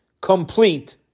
complete